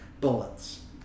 bullets